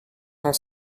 cent